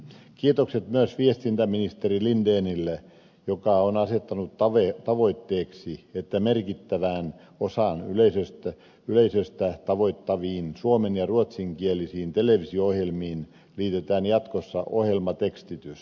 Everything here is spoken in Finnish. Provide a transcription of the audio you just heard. kiitokset myös viestintäministeri lindenille joka on asettanut tavoitteeksi että merkittävän osan yleisöstä tavoittaviin suomen ja ruotsinkielisiin televisio ohjelmiin liitetään jatkossa ohjelmatekstitys